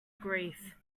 grief